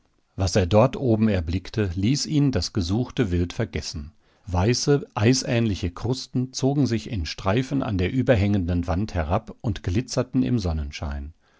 was er dort oben erblickte ließ ihn das gesuchte wild vergessen weiße eisähnliche krusten zogen sich in streifen an der überhängenden wand herab und glitzerten im sonnenschein